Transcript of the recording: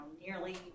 nearly